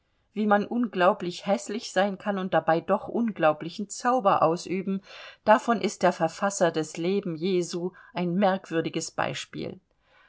wie man unglaublich häßlich sein kann und dabei doch unglaublichen zauber ausüben davon ist der verfasser des leben jesu ein merkwürdiges beispiel